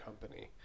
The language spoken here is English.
company